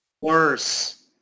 Worse